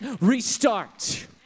restart